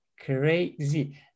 crazy